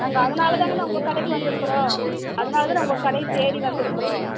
நாங்கள் அதனால தான்ங்கண்ணா உங்கள் கடைக்கு வந்திருக்குறோம் அதனால தானே உங்கள் கடையை தேடி வந்திருக்குறோம்